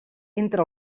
entre